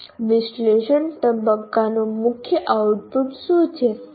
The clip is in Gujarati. તો વિશ્લેષણ તબક્કાનું મુખ્ય આઉટપુટ શું છે